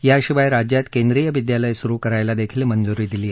याशिवाय राज्यात केंद्रीय विद्यालय सुरु करायला देखील मंजूरी दिली आहे